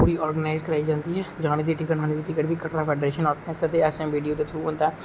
free organise कराई जंदी ऐ आने दी टिकट जाने दी टिकट बी कटवांदी ऐ फेडरेशन एसएमबीडीयू दे थ्रू होंदा ऐ